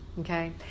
Okay